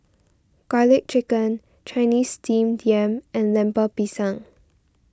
Garlic Chicken Chinese Steamed Yam and Lemper Pisang